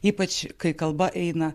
ypač kai kalba eina